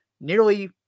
nearly